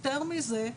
יותר מזה,